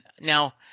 now